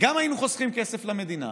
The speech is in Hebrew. גם היינו חוסכים כסף למדינה